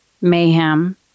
mayhem